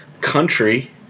country